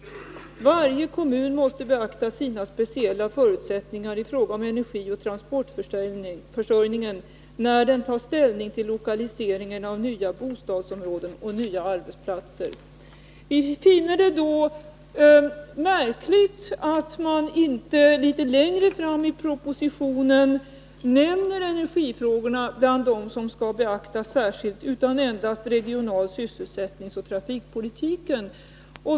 Varje kommun måste beakta sina speciella förutsättningar i fråga om energioch transportförsörjningen när den tar ställning till lokaliseringen av nya bostadsområden och nya arbetsplatser.” Vi finner det då märkligt att man inte litet längre fram i propositionen nämner energifrågorna bland dem som skall beaktas särskilt utan endast tar upp regional-, sysselsättningsoch trafikpolitiken.